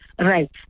Right